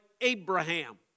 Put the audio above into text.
Abraham